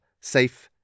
safe